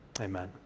Amen